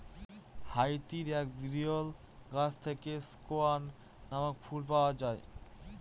হাইতির এক বিরল গাছ থেকে স্কোয়ান নামক ফুল পাওয়া যায়